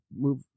move